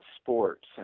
sports